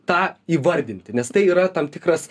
tą įvardinti nes tai yra tam tikras